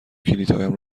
کلیدهایم